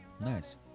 Nice